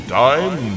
time